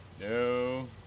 No